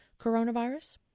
coronavirus